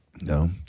No